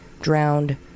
drowned